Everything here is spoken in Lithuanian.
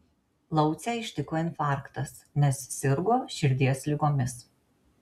laucę ištiko infarktas nes sirgo širdies ligomis